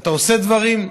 אתה עושה דברים,